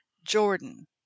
Jordan